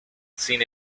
sin